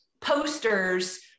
posters